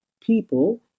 people